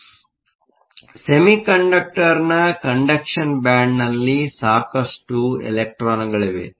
ಆದ್ದರಿಂದ ಸೆಮಿಕಂಡಕ್ಟರ್ನ ಕಂಡಕ್ಷನ್ ಬ್ಯಾಂಡ್ನಲ್ಲಿ ಸಾಕಷ್ಟು ಇಲೆಕ್ಟ್ರಾನ್ಗಳಿವೆ